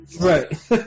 Right